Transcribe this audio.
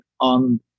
on